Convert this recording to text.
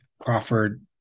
Crawford